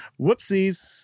Whoopsies